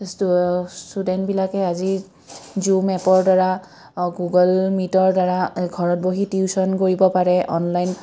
ষ্টুডেণ্টবিলাকে আজি জুম এপৰ দ্বাৰা গুগল মিটৰ দ্বাৰা ঘৰত বহি টিউচন কৰিব পাৰে অনলাইন